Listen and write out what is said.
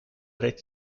rete